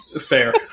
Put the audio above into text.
fair